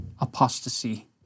apostasy